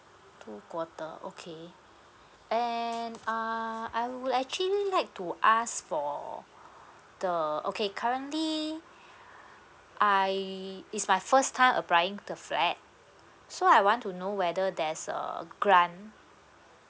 two quarter okay and uh I would actually like to ask for the okay currently I it's my first time applying the flat so I want to know whether there's uh grant